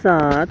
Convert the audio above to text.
سات